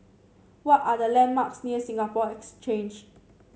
what are the landmarks near Singapore Exchange